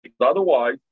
Otherwise